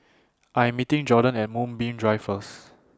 I Am meeting Jordon At Moonbeam Drive First